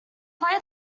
play